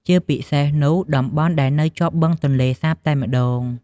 ជាពិសេសនោះ តំបន់ដែលនៅជាប់បឹងទន្លេសាបតែម្ដង។